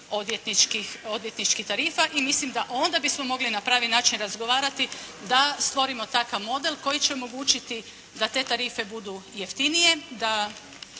odvjetničkih tarifa i mislim da onda bismo mogli na pravi način razgovarati da stvorimo takav model koji će omogućiti da te tarife budu jeftinije,